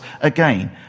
again